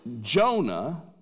Jonah